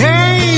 Hey